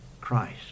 Christ